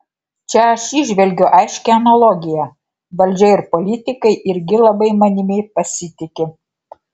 čia aš įžvelgiu aiškią analogiją valdžia ir politikai irgi labai manimi pasitiki